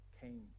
came